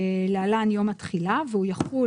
(להלן יום התחילה) והוא יחול